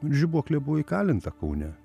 žibuoklė buvo įkalinta kaune